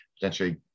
Potentially